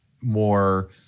more